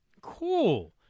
Cool